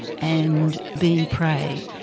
and being prey,